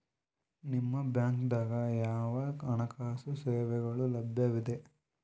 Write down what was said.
ನಿಮ ಬ್ಯಾಂಕ ದಾಗ ಯಾವ ಹಣಕಾಸು ಸೇವೆಗಳು ಲಭ್ಯವಿದೆ?